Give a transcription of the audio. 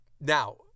now